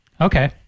Okay